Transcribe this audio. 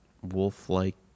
wolf-like